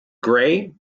grey